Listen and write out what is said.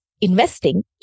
investing